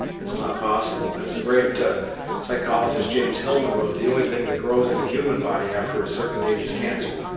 it's not possible. as a great psychologist james hillman wrote the only thing that grows in the human body after a certain age is cancer.